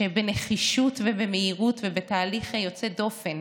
שבנחישות ובמהירות ובתהליך יוצא דופן